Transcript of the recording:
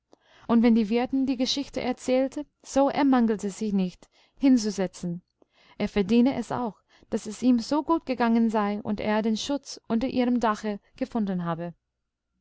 und wenn die wirtin die geschichte erzählte so ermangelte sie nicht hinzuzusetzen er verdiene es auch daß es ihm so gut gegangen sei und er den schutz unter ihrem dache gefunden habe